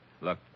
Look